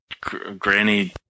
Granny